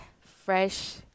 Fresh